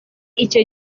icyo